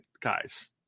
guys